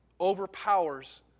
overpowers